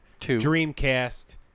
Dreamcast